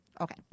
Okay